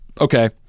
Okay